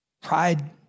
Pride